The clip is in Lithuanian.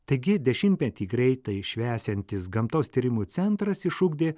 taigi dešimtmetį greitai švęsiantis gamtos tyrimų centras išugdė